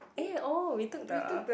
eh oh we took the